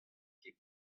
ket